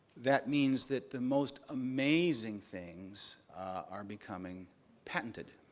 that means that the most amazing things are becoming patented.